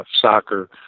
soccer